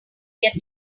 get